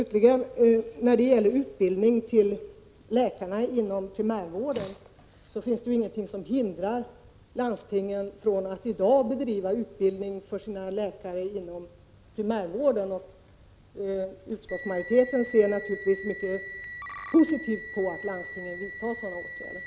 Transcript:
Till sist beträffande utbildning av läkarna inom primärvården: Det finns ingenting som hindrar landstingen från att i dag bedriva utbildning för sina läkare inom primärvården, och utskottsmajoriteten ser naturligtvis mycket positivt på att landstingen vidtar sådana åtgärder.